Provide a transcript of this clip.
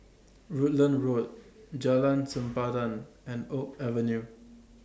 Rutland Road Jalan Sempadan and Oak Avenue